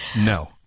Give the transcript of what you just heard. No